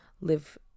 live